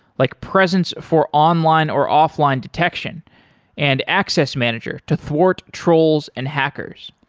like presence for online or offline detection and access manager to thwart trolls and hackers.